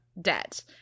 debt